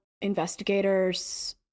investigators